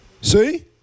See